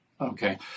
Okay